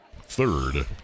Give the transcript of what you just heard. third